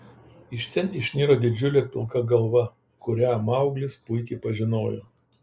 iš ten išniro didžiulė pilka galva kurią mauglis puikiai pažinojo